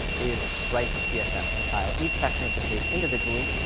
is write the css to style each section of the page individually,